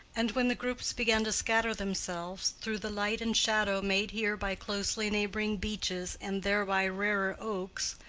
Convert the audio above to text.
and when the groups began to scatter themselves through the light and shadow made here by closely neighboring beeches and there by rarer oaks,